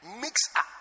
mix-up